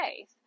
faith